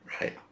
right